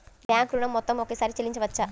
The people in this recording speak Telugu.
బ్యాంకు ఋణం మొత్తము ఒకేసారి చెల్లించవచ్చా?